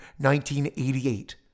1988